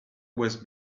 was